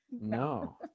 No